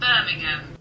Birmingham